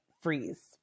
freeze